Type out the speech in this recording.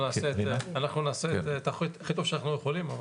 אנחנו נעשה את הכי טוב שאנחנו יכולים אבל